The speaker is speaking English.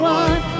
one